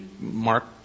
mark